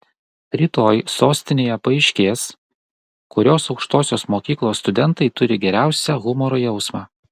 rytoj sostinėje paaiškės kurios aukštosios mokyklos studentai turi geriausią humoro jausmą